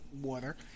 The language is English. water